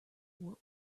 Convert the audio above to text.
what